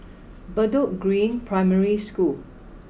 Bedok Green Primary School